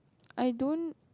I don't